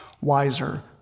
wiser